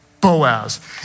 Boaz